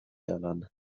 heran